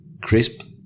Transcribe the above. crisp